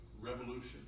revolution